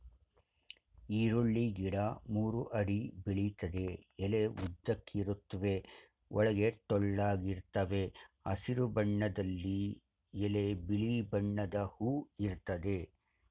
ಈರುಳ್ಳಿ ಗಿಡ ಮೂರು ಅಡಿ ಬೆಳಿತದೆ ಎಲೆ ಉದ್ದಕ್ಕಿರುತ್ವೆ ಒಳಗೆ ಟೊಳ್ಳಾಗಿರ್ತವೆ ಹಸಿರು ಬಣ್ಣದಲ್ಲಿ ಎಲೆ ಬಿಳಿ ಬಣ್ಣದ ಹೂ ಇರ್ತದೆ